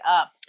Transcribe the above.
up